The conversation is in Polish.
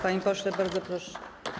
Panie pośle, bardzo proszę.